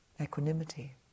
equanimity